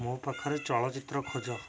ମୋ ପାଖରେ ଚଳଚ୍ଚିତ୍ର ଖୋଜ